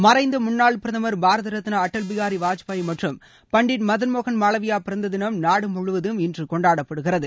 மறைந்த முன்னாள் பிரதமர் பாரத ரத்னா அடல் பிஹாரி வாஜ்பாய் மற்றம் பண்டிட் மதன்மோகன் மாளவியா பிறந்த தினம் நாடு முழுவதும் இன்று கொண்டாடப்படுகிறது